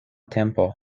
tempo